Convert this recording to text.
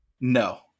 No